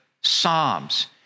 Psalms